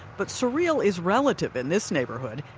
but surreal is relative in this neighborhood.